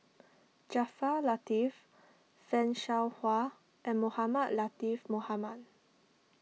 Jaafar Latiff Fan Shao Hua and Mohamed Latiff Mohamed